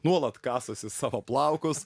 nuolat kasosi savo plaukus